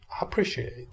appreciate